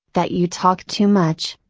that you talk too much,